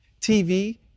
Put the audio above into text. TV